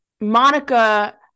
Monica